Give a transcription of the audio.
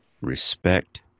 respect